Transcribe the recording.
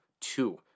two